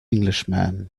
englishman